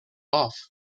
off